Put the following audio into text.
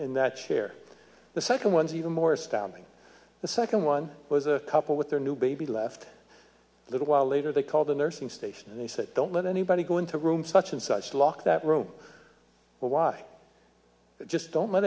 in that chair the second one's even more astounding the second one was a couple with their new baby left a little while later they called the nursing station and they said don't let anybody go into room such and such luck that room or walk just don't let